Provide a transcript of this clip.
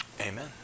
Amen